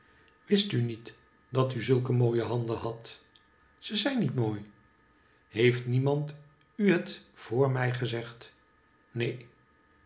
wist u niet dat u zulke mooie handen had ze zijn niet mooi heeft niemand u het voor mij gezegd neen